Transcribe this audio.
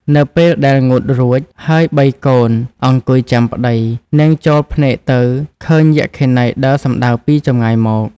នៅពេលដែលងូតរួច ហើយបីកូន អង្គុយចាំប្តី នាងចោលភ្នែកទៅឃើញយក្ខិនីដើរសំដៅពីចម្ងាយមក ។